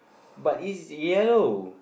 but it's yellow